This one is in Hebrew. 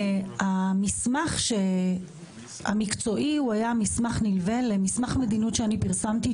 המסמך המקצועי היה מסמך נלווה למסמך מדיניות שאני פרסמתי,